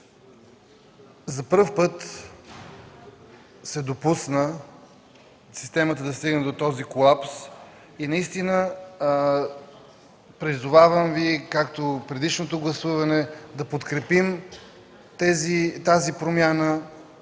За пръв път се допусна системата да стигне до този колапс. Пожелавам Ви, както и при предишното гласуване, да подкрепим тази промяна